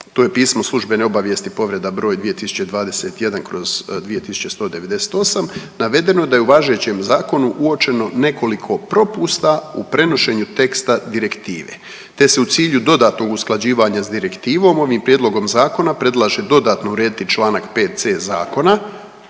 to je pismo službene obavijesti povreda br. 2021/2198, navedeno je da je u važećem zakonu uočeno nekoliko propusta u prenošenju teksta direktive te se u cilju dodatnog usklađivanja s direktivom ovim prijedlogom zakona predlaže dodatno urediti čl. 5.c zakona